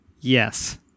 Yes